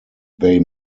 they